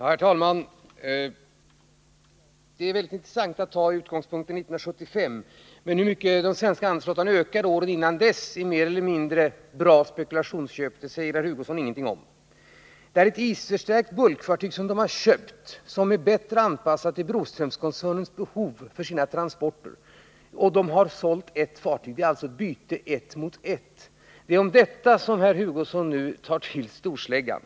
Herr talman! Det är intressant att notera att herr Hugosson tar utgångspunkten 1975. Men hur mycket den svenska handelsflottan ökade åren dessförinnan genom mer eller mindre bra spekulationsköp, det säger herr Hugosson ingenting om. Broströmskoncernen har köpt ett isförstärkt bulkfartyg — ett fartyg som är bättre anpassat till det behov koncernen har för sina transporter — och man har sålt ett fartyg. Det är alltså fråga om ett byte av ett fartyg mot ett annat. För detta tar herr Hugosson nu till storsläggan.